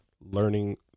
learning